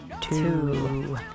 two